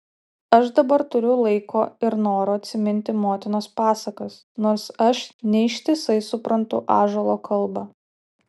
aš dabar turiu laiko ir noro atsiminti motinos pasakas nors aš ne ištisai suprantu ąžuolo kalbą